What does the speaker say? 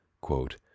quote